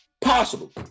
possible